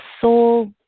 soul